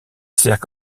sert